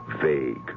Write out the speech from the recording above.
vague